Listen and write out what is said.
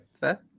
fair